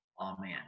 Amen